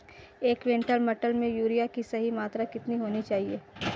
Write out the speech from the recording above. एक क्विंटल मटर में यूरिया की सही मात्रा कितनी होनी चाहिए?